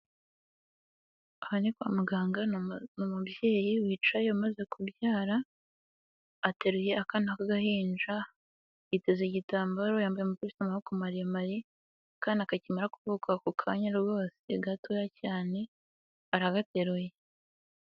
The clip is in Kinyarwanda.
Aha ni kwa muganga, ni umubyeyi wicaye umaze kubyara, ateruye akana k'agahinja, yiteze igitambaro yambaye umupira w'amaboko maremare, akana kakimara kuvuka ako kanya rwose gatoya cyane, aragateruye.